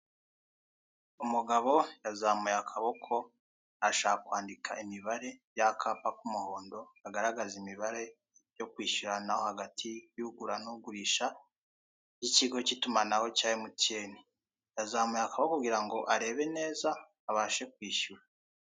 Umugabo yazamuye akaboko ashaka kwandika imibare ya'kapa k'umuhondo kagaragaza imibare yo kwishyurana hagati y'ugura n'ugurisha y'ikigo k'itumanaho cya emutiyeni. Yazamuye akaboko kugira ngo arebe neza abashe kwishyura.